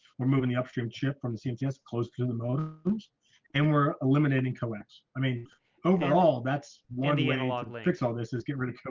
we're moving the upstream chip from the scenes yes closer to the motor and we're eliminating collects. i mean overall that's warning analog lyrics all this is get rid of